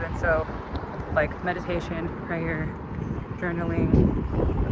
and so like meditation prior journaling